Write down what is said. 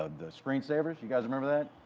ah the screensavers, you guys remember that?